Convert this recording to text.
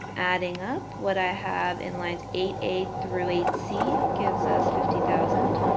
adding up what i have in lines eight a through eight c gives us fifty thousand.